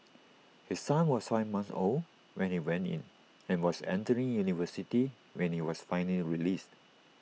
his son was five months old when he went in and was entering university when he was finally released